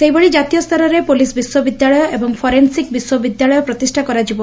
ସେହିଭଳି କାତୀୟ ସ୍ତରରେ ପୋଲିସ୍ ବିଶ୍ୱବିଦ୍ୟାଳୟ ଏବଂ ଫରେନ୍ସିକ୍ ବିଶ୍ୱବିଦ୍ ଳୟ ପ୍ରତିଷା କରାଯିବ